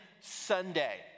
Sunday